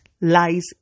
lies